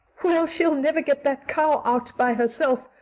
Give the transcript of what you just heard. well, she'll never get that cow out by herself.